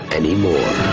anymore